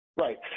Right